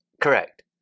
correct